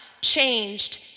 changed